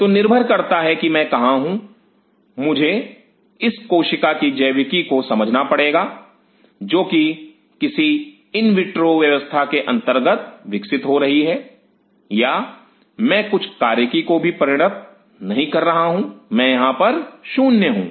तो निर्भर करता है कि मैं कहां हूं मुझे इस कोशिका की जैविकी को समझना पड़ेगा जो कि किसी इन विट्रो व्यवस्था के अंतर्गत विकसित हो रही है या मैं कुछ कार्यकी को भी परिणत नहीं कर रहा हूं मैं यहां 0 पर हूं